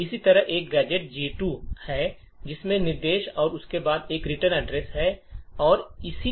इसी तरह एक गैजेट G2 है जिसमें यह निर्देश है इसके बाद एक रिटर्न और इसी तरह